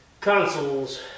consoles